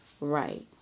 Right